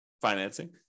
financing